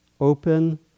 Open